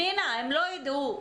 פנינה, הם לא ידעו.